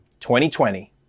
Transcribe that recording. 2020